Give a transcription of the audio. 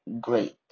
great